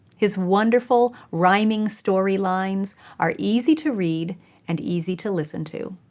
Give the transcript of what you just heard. his wonderful, rhyming story lines are easy to read and easy to listen to.